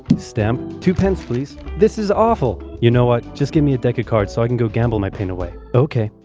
stamp. two pence, please. this is awful! you know what? just give me a deck of cards so i can go gamble my pain away. ok.